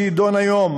שיידון היום,